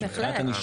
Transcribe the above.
בהחלט.